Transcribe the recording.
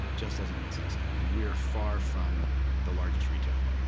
just doesn't make sense to me, and we're far from the largest retailer.